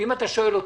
אם אתה שואל אותי,